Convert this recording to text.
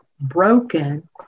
broken